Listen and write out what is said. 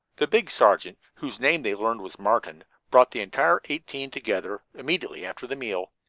the big sergeant, whose name they learned was martin, brought the entire eighteen together immediately after the meal,